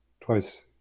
twice